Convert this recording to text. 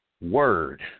word